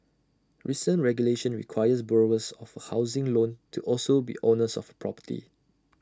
recent regulation requires borrowers of A housing loan to also be owners of A property